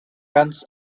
ganz